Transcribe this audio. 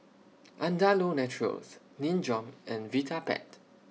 Andalou Naturals Nin Jiom and Vitapet